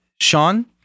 Sean